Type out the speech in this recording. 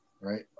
Right